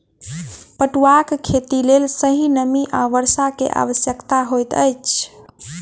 पटुआक खेतीक लेल सही नमी आ वर्षा के आवश्यकता होइत अछि